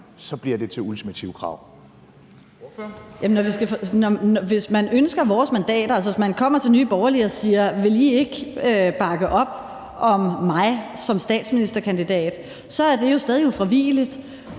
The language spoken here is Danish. Kl. 16:50 Pernille Vermund (NB): Hvis man ønsker vores mandater, altså hvis man kommer til Nye Borgerlige og siger, om ikke vi vil bakke op om vedkommende som statsministerkandidat, så er det jo stadig ufravigeligt.